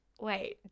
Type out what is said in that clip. Wait